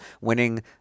winning